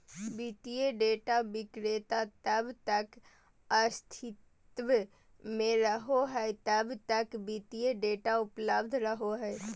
वित्तीय डेटा विक्रेता तब तक अस्तित्व में रहो हइ जब तक वित्तीय डेटा उपलब्ध रहो हइ